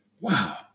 wow